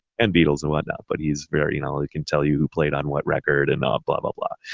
and beatles and whatnot. but he's very, you know, he can tell you who played on what record and not blah, blah, blah.